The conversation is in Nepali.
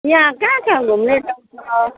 यहाँ कहाँ छ घुम्ने ठाउँ